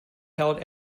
held